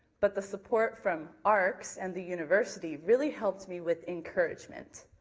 but the support from arcs and the university, really helped me with encouragement.